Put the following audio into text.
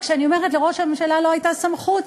כשאני אומרת שלראש הממשלה לא הייתה סמכות,